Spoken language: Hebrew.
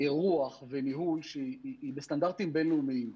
אירוח וניהול שהיא בסטנדרטים בין-לאומיים,